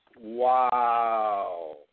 Wow